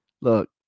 look